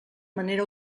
manera